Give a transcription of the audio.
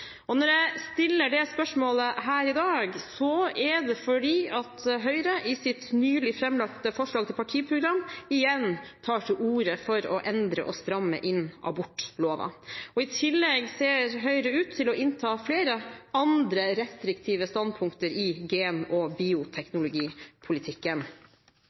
Når jeg stiller det spørsmålet her i dag, er det fordi Høyre i sitt nylig framlagte forslag til partiprogram igjen tar til orde for å endre og stramme inn abortloven. I tillegg ser Høyre ut til å innta flere andre restriktive standpunkter i gen- og